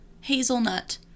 hazelnut